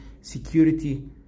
security